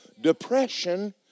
depression